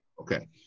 Okay